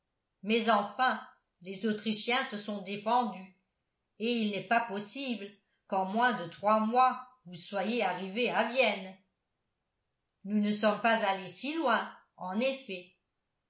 mais enfin les autrichiens se sont défendus et il n'est pas possible qu'en moins de trois mois vous soyez arrivés à vienne nous ne sommes pas allés si loin en effet